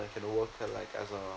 that can work a like as a